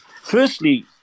firstly